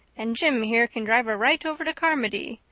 and jim here can drive her right over to carmody.